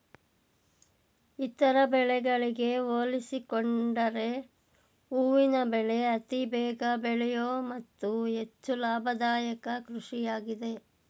ಇತರ ಬೆಳೆಗಳಿಗೆ ಹೋಲಿಸಿಕೊಂಡರೆ ಹೂವಿನ ಬೆಳೆ ಅತಿ ಬೇಗ ಬೆಳೆಯೂ ಮತ್ತು ಹೆಚ್ಚು ಲಾಭದಾಯಕ ಕೃಷಿಯಾಗಿದೆ